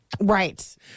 Right